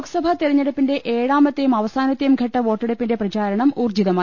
ലോക്സ്ഭാ തെരഞ്ഞെടുപ്പിന്റെ ഏഴാമത്തെയും അവസാന ത്തെയും ഘട്ട വോട്ടെടുപ്പിന്റെ പ്രചാരണം ഊർജ്ജിതമായി